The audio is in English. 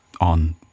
on